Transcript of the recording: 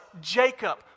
Jacob